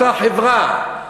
אותה חברה,